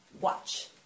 Watch